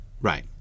Right